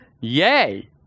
yay